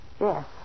Yes